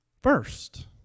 first